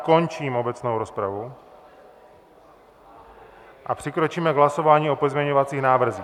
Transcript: Končím obecnou rozpravu a přikročíme k hlasování o pozměňovacích návrzích.